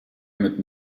mit